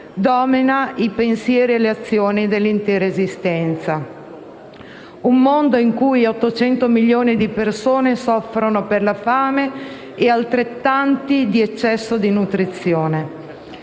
domina i pensieri e le azioni dell'intera esistenza. Un mondo in cui 800 milioni di persone soffrono per la fame e altrettanti di eccesso di nutrizione.